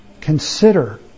consider